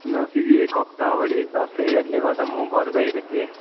किन फेरि एक हप्ता अगाडि दसैँहरूले गर्दा म घर गएको थिएँ